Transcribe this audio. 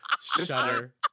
Shudder